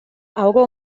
auge